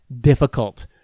difficult